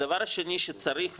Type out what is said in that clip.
הדבר השני שצריך,